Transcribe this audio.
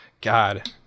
God